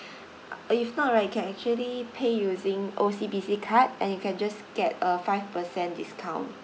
uh if not right you can actually pay using O_C_B_C card and you can just get a five percent discount